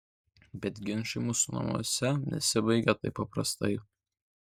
bet ginčai mūsų namuose nesibaigia taip paprastai